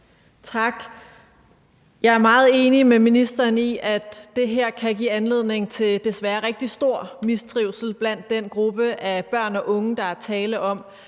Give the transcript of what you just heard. Tak. Jeg er meget enig med ministeren i, at det her desværre kan give anledning til rigtig stor mistrivsel blandt den gruppe af børn og unge, der er tale om,